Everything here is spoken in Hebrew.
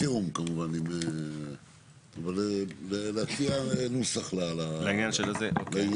בתיאום כמובן, להציע נוסח לעניין הזה.